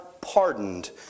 pardoned